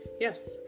yes